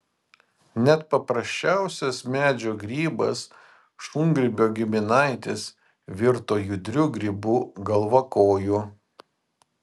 net paprasčiausias medžio grybas šungrybio giminaitis virto judriu grybu galvakoju